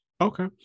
okay